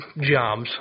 jobs